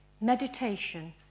meditation